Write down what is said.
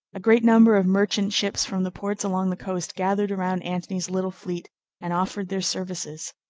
a great number of merchant ships from the ports along the coast gathered around antony's little fleet and offered their services.